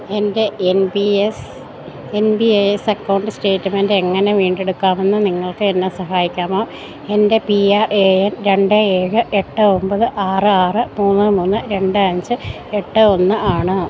എൻ്റെ N P S N P A S account statement എങ്ങനെ വീണ്ടെടുക്കാമെന്ന് നിങ്ങൾക്കെന്നെ സഹായിക്കാമോ എൻ്റെ പി ആർ എ എൻ രണ്ട് ഏഴ് എട്ട് ഒൻപത് ആറ് ആറ് മൂന്ന് മൂന്ന് രണ്ട് അഞ്ച് എട്ട് ഒന്ന് ആണ്